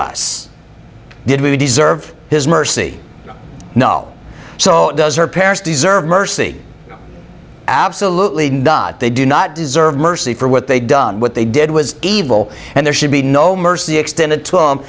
us did we deserve his mercy no so does her parents deserve mercy absolutely not they do not deserve mercy for what they've done what they did was evil and there should be no mercy extended to